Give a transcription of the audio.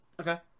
Okay